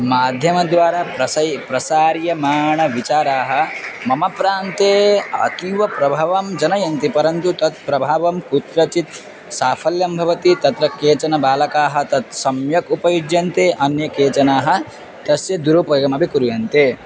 माध्यमद्वारा प्रसै प्रसार्यमाणविचाराः मम प्रान्ते अतीवप्रभावं जनयन्ति परन्तु तत् प्रभावं कुत्रचित् साफल्यं भवति तत्र केचन बालकाः तत् सम्यक् उपयुज्यन्ते अन्ये केचन तस्य दुरुपयोगमपि कुर्वन्ति